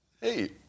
Hey